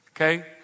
Okay